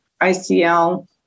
ICL